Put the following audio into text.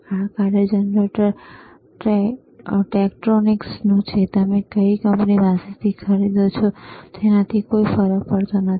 આ કાર્ય generator Tektronix નું છે તમે કઈ કંપની પાસેથી ખરીદી રહ્યા છો તેનાથી કોઈ ફરક પડતો નથી